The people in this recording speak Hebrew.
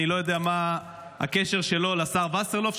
שאני לא יודע מה הקשר שלו לשר וסרלאוף,